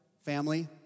family